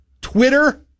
Twitter